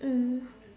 mm